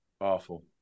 Awful